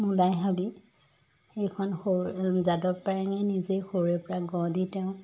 মূলাই হাবি সেইখন সৰু যাদৱ পায়াঙে নিজেই সৰুৰে পৰা গঢ় দি তেওঁ